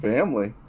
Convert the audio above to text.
Family